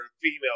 female